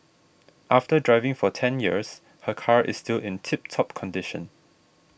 after driving for ten years her car is still in tip top condition